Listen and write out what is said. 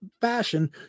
fashion